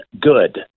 good